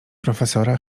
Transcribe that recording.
profesora